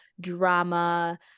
drama